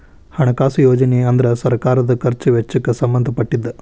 ಹಣಕಾಸು ಯೋಜನೆ ಅಂದ್ರ ಸರ್ಕಾರದ್ ಖರ್ಚ್ ವೆಚ್ಚಕ್ಕ್ ಸಂಬಂಧ ಪಟ್ಟಿದ್ದ